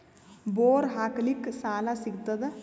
Bore ಹಾಕಲಿಕ್ಕ ಸಾಲ ಸಿಗತದ?